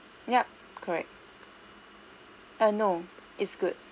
yup correct err no it's good